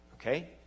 okay